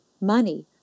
money